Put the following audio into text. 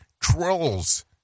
Trolls